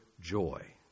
joy